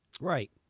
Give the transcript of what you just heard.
Right